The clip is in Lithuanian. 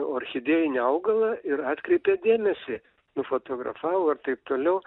orchidėjinį augalą ir atkreipė dėmesį nufotografavo ir taip toliau